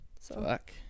Fuck